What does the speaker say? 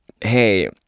Hey